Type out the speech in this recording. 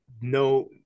no